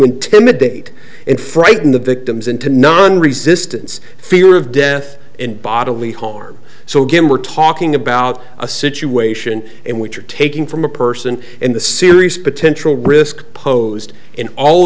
intimidate and frighten the victims into nonresistance fear of death and bodily harm so again we're talking about a city way ssion in which you're taking from a person in the serious potential risk posed in all